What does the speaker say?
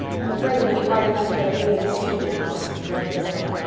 i'm afraid it will be hard enough to get a really suitable house, warned priscilla.